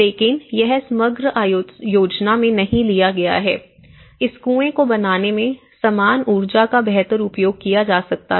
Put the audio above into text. लेकिन यह समग्र योजना में नहीं लिया गया है इस कुएं को बनाने में समान ऊर्जा का बेहतर उपयोग किया जा सकता था